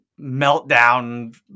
meltdown